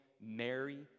Mary